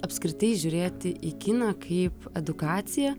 apskritai žiūrėti į kiną kaip edukaciją